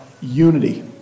unity